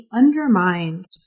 undermines